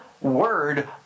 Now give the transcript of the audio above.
word